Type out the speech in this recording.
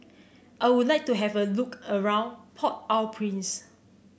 I would like to have a look around Port Au Prince